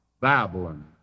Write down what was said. Babylon